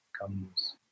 comes